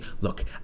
Look